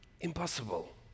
impossible